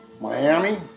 Miami